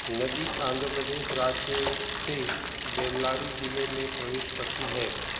नदी आंध्र प्रदेश राज्य से बेल्लारी जिले में प्रवेश करती है